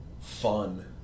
fun